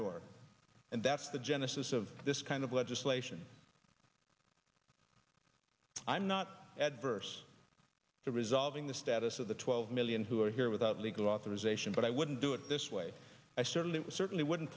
door and that's the genesis of this kind of legislation i'm not adverse to resolving the status of the twelve million who are here without legal authorization but i wouldn't do it this way i certainly certainly wouldn't